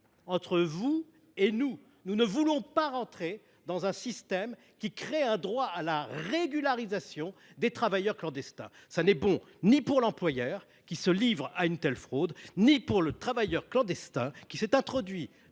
entre vous et nous. Nous ne voulons pas entrer dans un tel système, qui crée un droit à la régularisation des travailleurs clandestins. Ce n’est bon ni pour l’employeur qui se livre à une telle fraude ni pour le travailleur clandestin, qui s’est introduit